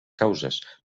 causes